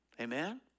Amen